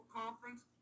conference